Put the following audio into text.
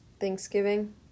Thanksgiving